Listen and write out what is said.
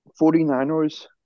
49ers